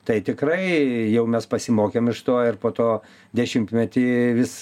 tai tikrai jau mes pasimokėm iš to ir po to dešimtmetį vis